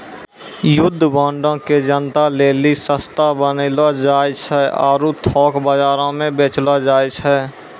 युद्ध बांडो के जनता लेली सस्ता बनैलो जाय छै आरु थोक बजारो मे बेचलो जाय छै